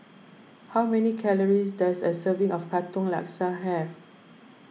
how many calories does a serving of Katong Laksa have